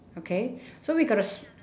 okay so we gotta sp~